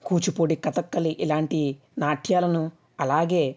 కూచిపూడి కథాకళి ఇలాంటి నాట్యాలను అలాగే